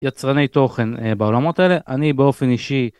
יצרני תוכן בעולמות האלה, אני באופן אישי.